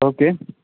okay